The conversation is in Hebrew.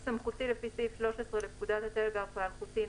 התש"ף-2020 בתוקף סמכותי לפי סעיף 13 לפקודת הטלגרף האלחוטי ,